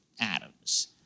Adams